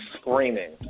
Screaming